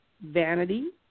vanity